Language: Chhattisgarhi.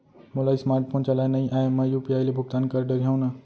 मोला स्मार्ट फोन चलाए नई आए मैं यू.पी.आई ले भुगतान कर डरिहंव न?